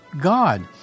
God